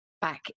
back